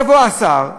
יבוא השר,